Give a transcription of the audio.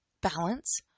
balance